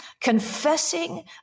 Confessing